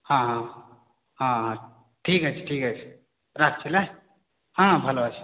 হ্যাঁ হ্যাঁ হ্যাঁ হ্যাঁ ঠিক আছে ঠিক আছে রাখছি হ্যাঁ হ্যাঁ ভালো আছি